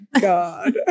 God